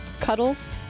cuddles